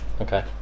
Okay